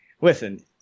listen